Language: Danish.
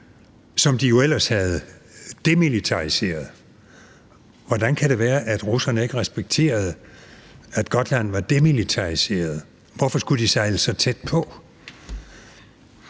som de jo ellers havde demilitariseret. Hvordan kan det være, at russerne ikke respekterede, at Gotland var demilitariseret? Hvorfor skulle de sejle så tæt på?